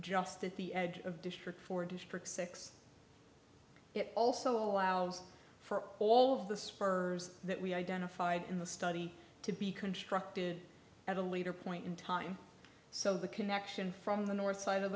just at the edge of district four district six it also allows for all of the spurs that we identified in the study to be constructed at a later point in time so the connection from the north side of